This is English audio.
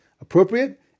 appropriate